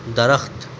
درخت